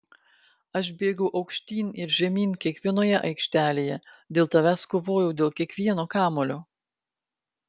aš bėgau aukštyn ir žemyn kiekvienoje aikštelėje dėl tavęs kovojau dėl kiekvieno kamuolio